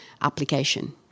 application